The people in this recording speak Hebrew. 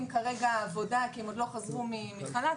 כרגע עבודה כי הם עוד לא חזרו מהחל"ת.